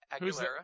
Aguilera